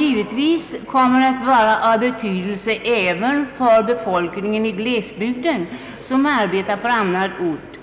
givetvis kommer att vara av betydelse även för den befolkning i glesbygden som arbetar på annan ort.